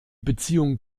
beziehung